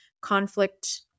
conflict